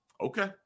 Okay